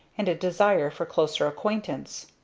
and a desire for closer acquaintance.